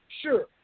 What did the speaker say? sure